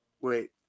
Wait